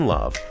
Love